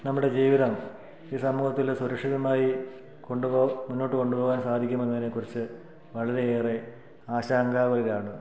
നമ്മുടെ ജീവിതം ഈ സമൂഹത്തിൽ സുരക്ഷിതമായി കൊണ്ടു പോ മുന്നോട്ട് കൊണ്ടു പോകാൻ സാധിക്കുമെന്നതിനെക്കുറിച്ച് വളരെയേറെ ആശങ്കാകുലരാണ്